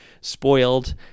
spoiled